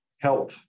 help